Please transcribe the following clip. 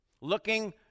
Looking